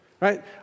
right